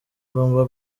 agomba